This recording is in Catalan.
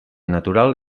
natural